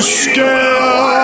scale